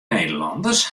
nederlanners